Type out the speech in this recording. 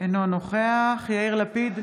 אינו נוכח יאיר לפיד,